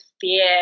fear